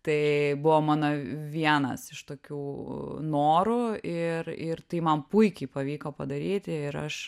tai buvo mano vienas iš tokių norų ir ir tai man puikiai pavyko padaryti ir aš